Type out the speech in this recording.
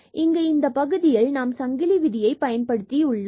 இங்கு இந்தப் பகுதியில் நாம் இந்த சங்கிலி விதியை பயன்படுத்தி கொண்டுள்ளோம்